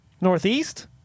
Northeast